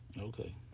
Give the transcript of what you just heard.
Okay